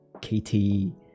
Katie